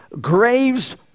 Graves